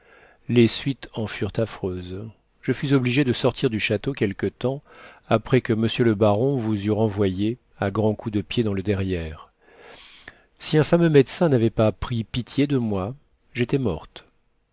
les suites en furent affreuses je fus obligée de sortir du château quelque temps après que m le baron vous eut renvoyé à grands coups de pied dans le derrière si un fameux médecin n'avait pas pris pitié de moi j'étais morte